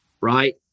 right